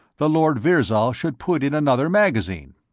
the lord virzal should put in another magazine.